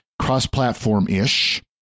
cross-platform-ish